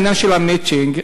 בעניין המצ'ינג,